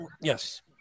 Yes